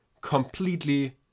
completely